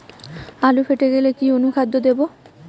আলু ফেটে গেলে কি অনুখাদ্য দেবো?